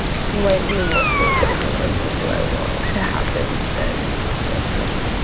and slightly more closely resembles what i want to happen than donald trump.